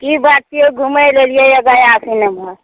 कि बात छिए घुमैलए अएलिए गयासे एमहर